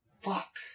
fuck